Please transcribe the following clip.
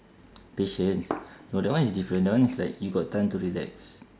patients no that one is different that one is like you got time to relax